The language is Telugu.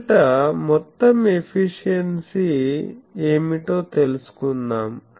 మొదట మొత్తం ఎఫిషియెన్సీ ఏమిటో తెలుసుకుందాం